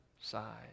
side